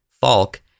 Falk